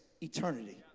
eternity